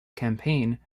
campaign